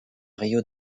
rio